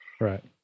Right